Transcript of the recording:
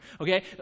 okay